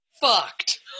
fucked